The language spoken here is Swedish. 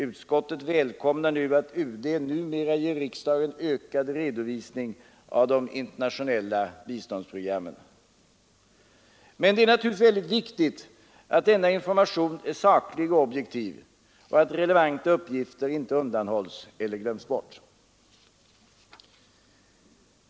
Utskottet välkomnar att UD numera ger riksdagen ökad redovisning av de internationella biståndsprogrammen, men det är givetvis viktigt att denna information är saklig och objektiv och att relevanta uppgifter inte undanhålls eller glöms bort.